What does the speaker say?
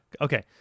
Okay